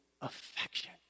affection